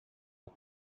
but